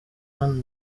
one